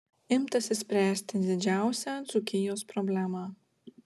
imtasi spręsti didžiausią dzūkijos problemą